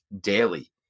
daily